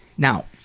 now,